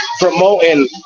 promoting